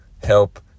help